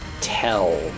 tell